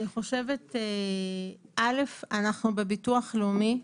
ראשית, אנחנו, בביטוח לאומי,